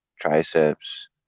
triceps